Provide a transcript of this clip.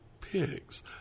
pigs